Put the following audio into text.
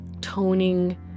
toning